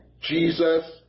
Jesus